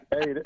Hey